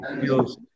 feels